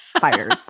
fires